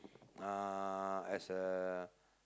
uh as a